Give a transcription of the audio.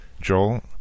Joel